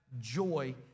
joy